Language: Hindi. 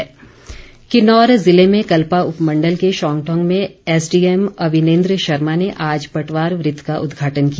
पटवारखाना किन्नौर ज़िले में कल्पा उपमंडल के शौंगठौंग में एसडीएम अविनेन्द्र शर्मा ने आज पटवार वृत का उद्घाटन किया